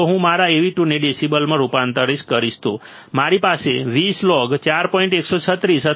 જો હું મારા Av2 ને ડેસિબલમાં રૂપાંતરિત કરીશ તો મારી પાસે હશે 20 log 4